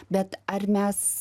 bet ar mes